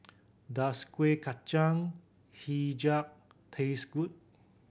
does Kuih Kacang Hijau taste good